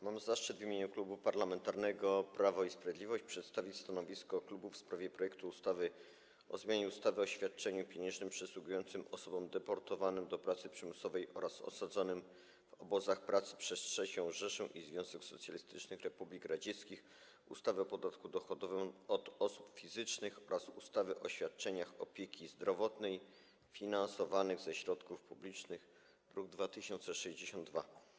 Mam zaszczyt w imieniu Klubu Parlamentarnego Prawo i Sprawiedliwość przedstawić stanowisko klubu w sprawie projektu ustawy o zmianie ustawy o świadczeniu pieniężnym przysługującym osobom deportowanym do pracy przymusowej oraz osadzonym w obozach pracy przez III Rzeszę i Związek Socjalistycznych Republik Radzieckich, ustawy o podatku dochodowym od osób fizycznych oraz ustawy o świadczeniach opieki zdrowotnej finansowanych ze środków publicznych, druk nr 2062.